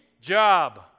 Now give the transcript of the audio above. Job